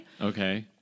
Okay